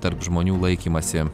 tarp žmonių laikymąsi